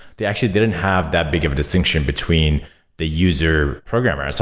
they actually didn't have that big of a distinction between the user programmer. so